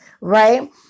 right